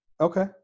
Okay